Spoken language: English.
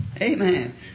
Amen